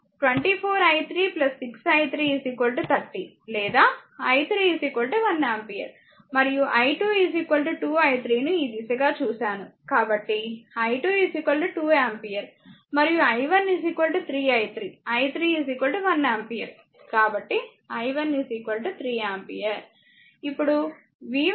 మరియు i2 2 i 3 ను ఈ దిశ గా చూశాను కాబట్టి i2 2 ఆంపియర్ మరియు i1 3 i 3 i 3 1 ఆంపియర్ కాబట్టి i1 3 ఆంపియర్